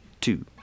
two